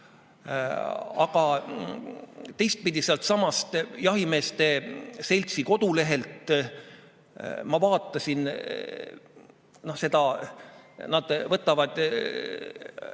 Aga teistpidi: sealtsamast jahimeeste seltsi kodulehelt ma vaatasin, et nad võtavad